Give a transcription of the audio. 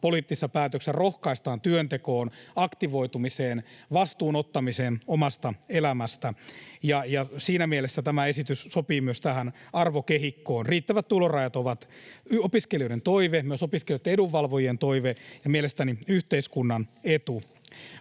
poliittisissa päätöksissä rohkaistaan työntekoon, aktivoitumiseen, vastuun ottamiseen omasta elämästä, ja siinä mielessä tämä esitys sopii myös tähän arvokehikkoon. Riittävät tulorajat ovat opiskelijoiden toive, myös opiskelijoitten edunvalvojien toive ja mielestäni yhteiskunnan etu.